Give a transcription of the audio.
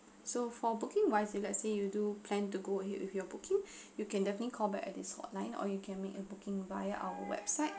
so for booking wise if let's say you do plan to go ahead with your booking you can definitely call back at this hotline or you can make a booking via our website